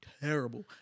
terrible